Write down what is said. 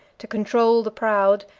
to control the proud,